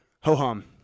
Ho-hum